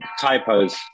typos